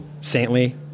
Saintly